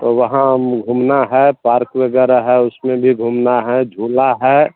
तो वहाँ घूमना है पार्क वगैरह है उसमें भी घूमना है झूला है